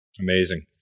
amazing